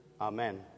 Amen